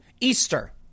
Easter